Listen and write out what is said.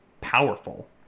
powerful